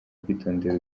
kwitondera